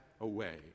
away